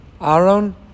Aaron